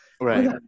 right